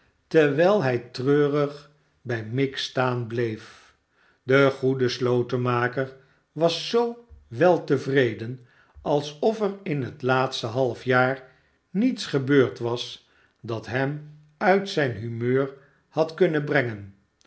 terwijl hij treurig bij miggs staan bleef de goede slotenmaker was zoo weltevreden alsof er in het laatste halfjaar niets gebeurd was dat hem uit zijn humeur had kunnen brengen